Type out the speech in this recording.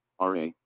RA